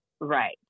Right